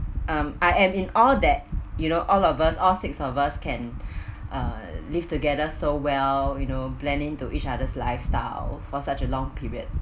um I am in all that you know all of us all six of us can uh live together so well you know planning to each other's lifestyle for such a long period